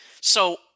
So-